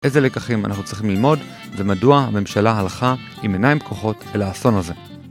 איזה לקחים אנחנו צריכים ללמוד ומדוע הממשלה הלכה עם עיניים פקוחות אל האסון הזה